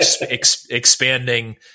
expanding